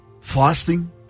Fasting